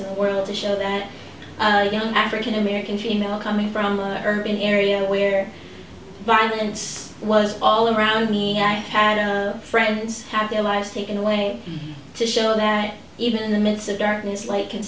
the world to show that young african american female coming from a urban area where violence was all around me i had friends have their lives taken away to show that even in the midst of darkness light can